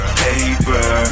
paper